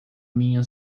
minha